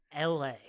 la